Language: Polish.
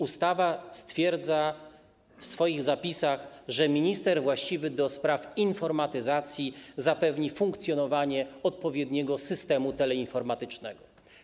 Ustawa stwierdza w swoich zapisach, że minister właściwy do spraw informatyzacji zapewni funkcjonowanie odpowiedniego systemu teleinformatycznego.